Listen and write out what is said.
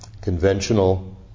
Conventional